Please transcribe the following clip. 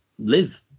live